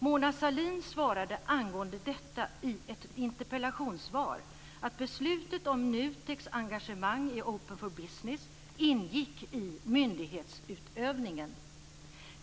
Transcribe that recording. Mona Sahlin svarade angående detta i ett interpellationssvar att beslutet om NUTEK:s engagemang i Open for Business ingick i myndighetsutövningen.